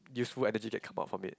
useful energy that come out from it